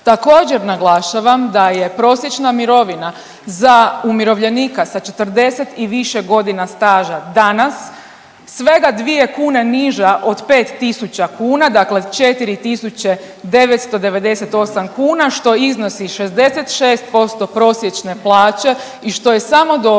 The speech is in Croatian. Također naglašavam da je prosječna mirovina za umirovljenika sa 40 i više godina staža danas svega 2 kune niža od 5000 kuna, dakle 4998 kuna što iznosi 66% prosječne plaće i što je samo